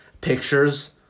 pictures